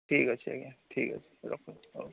ଠିକ୍ ଅଛି ଆଜ୍ଞା ଠିକ୍ ଅଛି ରଖୁଛି ହଉ